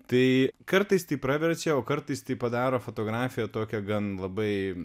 tai kartais tai praverčia o kartais tai padaro fotografiją tokią gan labai